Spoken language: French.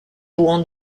jouan